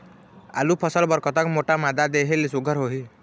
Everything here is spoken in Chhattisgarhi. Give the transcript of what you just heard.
आलू फसल बर कतक मोटा मादा देहे ले सुघ्घर होही?